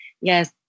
yes